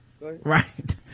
Right